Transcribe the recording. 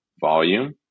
volume